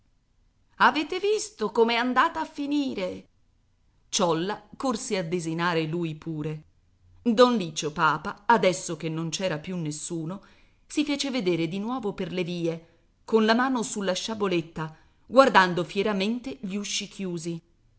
avete visto com'è andata a finire ciolla corse a desinare lui pure don liccio papa adesso che non c'era più nessuno si fece vedere di nuovo per le vie con la mano sulla sciaboletta guardando fieramente gli usci chiusi